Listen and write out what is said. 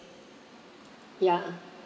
ya